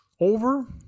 Over